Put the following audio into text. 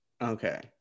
Okay